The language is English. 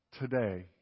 today